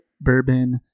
bourbon